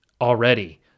already